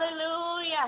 Hallelujah